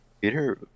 Peter